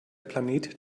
planet